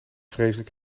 vreselijk